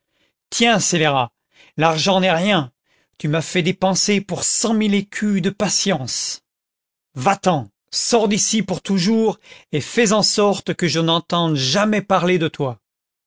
tiens scélérat l'argent n'est rien tu m'as fait dépenser pour cent mille écus de patience va-t'en sors d'ici pour toujours et fais en sorte que je n'entende jamais parler de toi